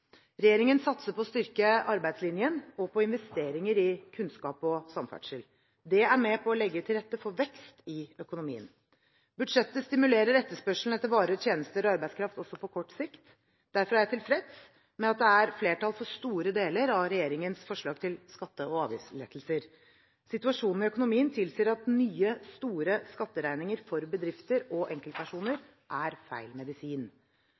Regjeringen satser på å styrke arbeidslinjen og på investeringer i kunnskap og samferdsel. Det er med på å legge til rette for vekst i økonomien. Budsjettet stimulerer etterspørselen etter varer, tjenester og arbeidskraft også på kort sikt. Derfor er jeg tilfreds med at det er flertall for store deler av regjeringens forslag til skatte- og avgiftslettelser. Situasjonen i økonomien tilsier at nye, store skatteregninger for bedrifter og enkeltpersoner er feil medisin.